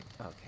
okay